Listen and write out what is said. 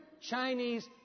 Chinese